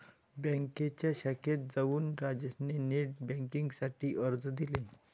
बँकेच्या शाखेत जाऊन राजेश ने नेट बेन्किंग साठी अर्ज दिले